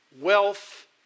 wealth